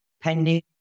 pending